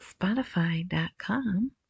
Spotify.com